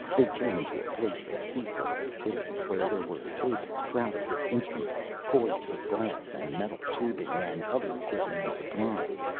they came into a place of ceaseless activity, where there were tables crowded with instruments, coils of glass and metal tubing, and other equipment and supplies.